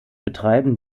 betreiben